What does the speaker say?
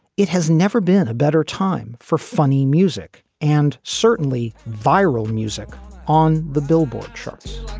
it has never been a better time for funny music and certainly viral music on the billboard charts,